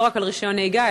לא רק על רישיון נהיגה,